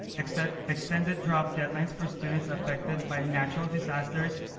extended extended drop deadlines for students affected by natural disasters,